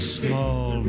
small